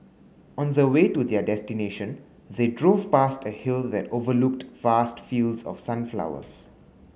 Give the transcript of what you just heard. on the way to their destination they drove past a hill that overlooked vast fields of sunflowers